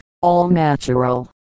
all-natural